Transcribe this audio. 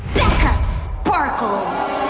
becca sparkles!